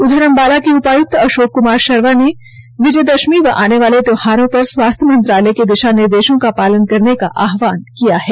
उधर अंबाला के उपायुक्त अशोक कुमार शर्मा ने विजय दशमी व आने वाले त्यौहारों पर स्वास्थ्य मंत्रालय के दिशा निर्देशों का पालन करने का आहवान किया है